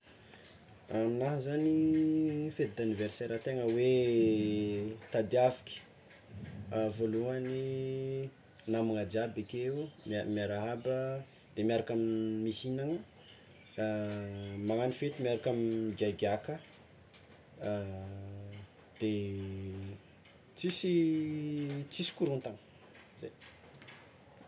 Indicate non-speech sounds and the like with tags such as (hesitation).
Aminahy zany fety d'anniversera tegna hoe (hesitation) tadiafaky (hesitation) voalohany namagna jiaby akeo miarahaba de miaraka mihignagna, (hesitation) magnagno fety miaraka migiagiaka (hesitation) de tsisy tsisy korontana, zay.